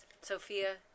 Sophia